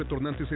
retornantes